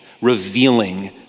revealing